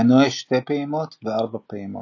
מנועי שתי פעימות ו-ארבע פעימות.